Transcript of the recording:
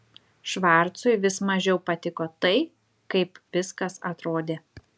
švarcui vis mažiau patiko tai kaip viskas atrodė